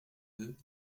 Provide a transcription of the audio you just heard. deux